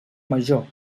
major